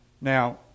Now